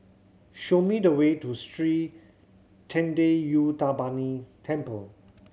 show me the way to Sri Thendayuthapani Temple